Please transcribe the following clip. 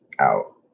out